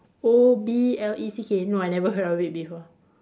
O B L E C K no I never heard of it before